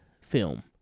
film